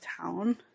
town